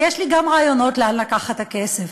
ויש לי גם רעיונות לאן לקחת את הכסף.